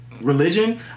Religion